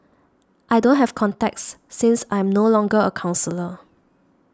I don't have contacts since I am no longer a counsellor